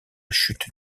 chute